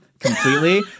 Completely